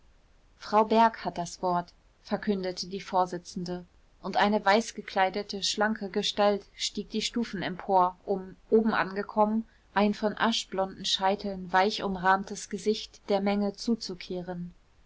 frau berg hat das wort verkündete die vorsitzende und eine weißgekleidete schlanke gestalt stieg die stufen empor um oben angekommen ein von aschblonden scheiteln weich umrahmtes gesicht der menge zuzukehren